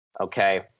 Okay